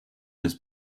his